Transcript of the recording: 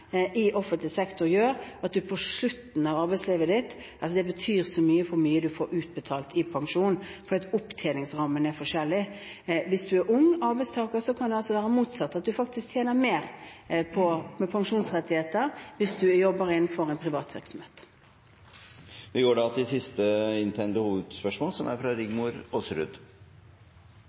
i offentlig sektor gjør at slutten av arbeidslivet betyr så mye for hva man får utbetalt i pensjon, fordi opptjeningsrammene er forskjellige. Hvis man er ung arbeidstaker, kan det altså være motsatt – at man faktisk tjener mer på sine pensjonsrettigheter hvis man jobber innenfor en privat virksomhet. Vi går da til dagens siste hovedspørsmål. Norge har verdensrekord i frivillighet. Mange er